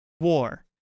War